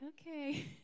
okay